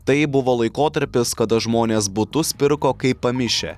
tai buvo laikotarpis kada žmonės butus pirko kaip pamišę